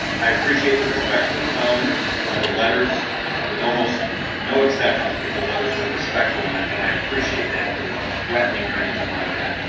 i appreciate the respectful tone of the letters with almost no exceptions that the letters were respectful and ah and i appreciate that there is no threatening or anything like that.